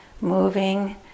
moving